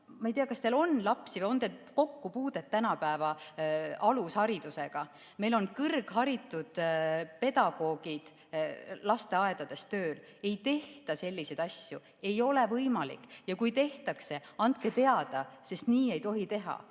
Ma ei tea, kas teil on lapsi või on teil kokkupuudet tänapäeva alusharidusega. Meil on kõrgharitud pedagoogid lasteaedades tööl. Ei tehta selliseid asju, ei ole võimalik, ja kui tehakse, andke teada, sest nii ei tohi teha.